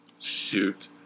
shoot